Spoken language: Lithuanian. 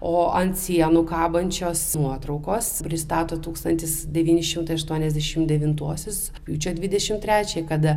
o ant sienų kabančios nuotraukos pristato tūkstantis devyni šimtai aštuoniasdešim devintuosius rugpjūčio dvidešimt trečią kada